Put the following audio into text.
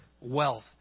wealth